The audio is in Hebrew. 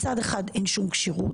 מצד אחד אין שום כשירות,